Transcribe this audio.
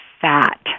fat